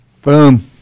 Boom